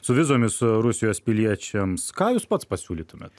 su vizomis rusijos piliečiams ką jūs pats pasiūlytumėt